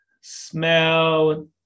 smell